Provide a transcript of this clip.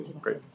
great